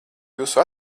jūsu